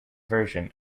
version